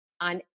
on